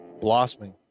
blossoming